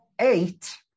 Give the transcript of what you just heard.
eight